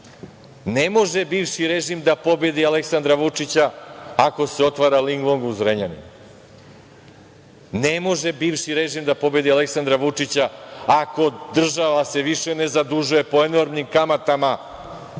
Ne može bivši režim da pobedi Aleksandra Vučića ako se otvara „Linglond“ u Zrenjaninu. Ne može bivši režim da pobedi Aleksandra Vučića ako se država više ne zadužuje po enormnim kamatama